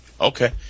Okay